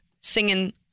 singing